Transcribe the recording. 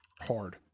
hard